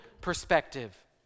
perspective